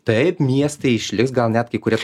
taip miestai išliks gal net kai kurie